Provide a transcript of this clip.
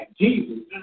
Jesus